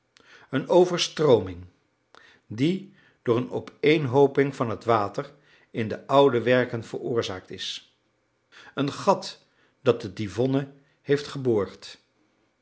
een overstrooming die door een opeenhooping van het water in de oude werken veroorzaakt is een gat dat de divonne heeft geboord